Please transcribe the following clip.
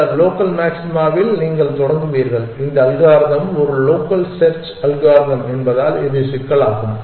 இந்த லோக்கல் மாக்சிமாவில் நீங்கள் தொடங்குவீர்கள் இந்த அல்காரிதம் ஒரு லோக்கல் செர்ச் அல்காரிதம் என்பதால் இது சிக்கலாகும்